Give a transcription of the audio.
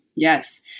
Yes